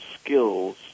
skills